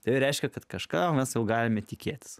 tai reiškia kad kažkam esu galima tikėtis